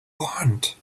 want